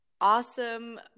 awesome